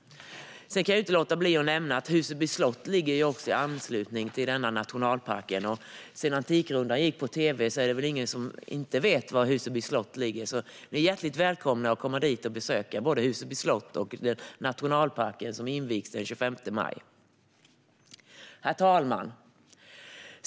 Jag kan inte låta bli att nämna att Huseby slott ligger i anslutning till nationalparken, och sedan Antikrundan gick på tv är det väl ingen som inte vet var Huseby slott ligger. Ni är hjärtligt välkomna att besöka både Huseby slott och nationalparken som invigs den 25 maj! Herr talman!